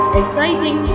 exciting